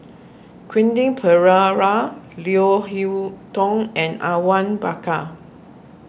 Quentin Pereira Leo Hee Tong and Awang Bakar